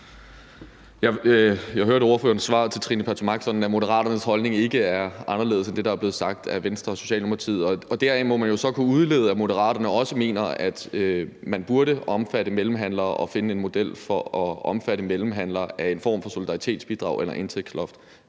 Jeg hørte ordførerens svar til fru Trine Pertou Mach sådan, at Moderaternes holdning ikke er anderledes end det, der er blevet sagt af Venstre og Socialdemokratiet. Og deraf må man jo så kunne udlede, at Moderaterne også mener, at man burde inkludere mellemhandlere og finde en model for at omfatte mellemhandlere med en form for solidaritetsbidrag eller indtægtsloft.